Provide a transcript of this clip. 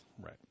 Right